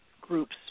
groups